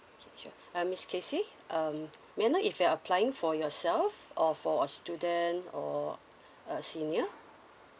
sure uh miss casey um may I know if you're applying for yourself or for a student or a senior